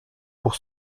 pour